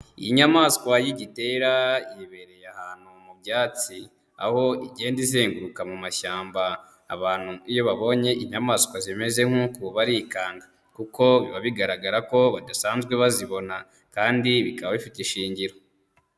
Iyi nyamaswa y'igitera yibereye ahantu mu byatsi, aho igenda izenguruka mu mashyamba, abantu iyo babonye inyamaswa zimeze nk'uku barikanga, kuko biba bigaragara ko badasanzwe bazibona kandi bikaba bifite ishingiro.